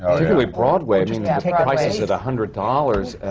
particularly broadway, i mean, the prices at a hundred dollars.